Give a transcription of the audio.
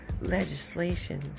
legislation